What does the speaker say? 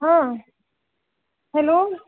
हां हॅलो